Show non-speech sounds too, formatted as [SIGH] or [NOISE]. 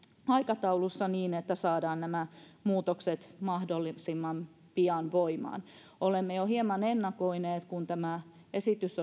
aikataulussa niin että saadaan nämä muutokset mahdollisimman pian voimaan olemme jo hieman ennakoineet kun tämä esitys [UNINTELLIGIBLE]